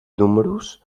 números